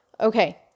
Okay